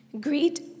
Greet